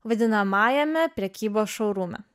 vadinamajame prekybos šou rūme